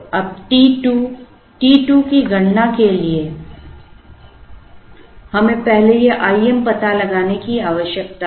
अब t 2 अब t 2 की गणना करने के लिए हमें पहले यह Im पता लगाने की आवश्यकता है